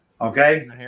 okay